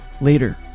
Later